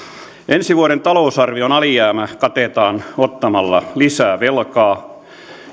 ensi vuoden talousarvion alijäämä katetaan ottamalla lisää velkaa